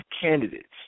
candidates